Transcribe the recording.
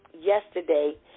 yesterday